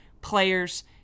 players